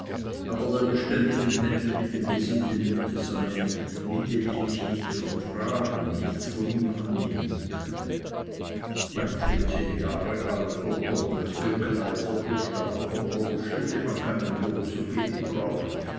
aber der beständigen händel mit dem gesinde müde seien mit dem ich mich nicht vertragen nichts von ihm annehmen könne ein vierzehn jahr alter doppelt gekleideter starker bursche dem man keinen lohn zu geben braucht